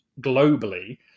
globally